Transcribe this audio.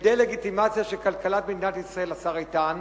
ודה-לגיטימציה של כלכלת מדינת ישראל, השר איתן,